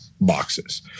boxes